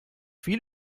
viel